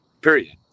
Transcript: Period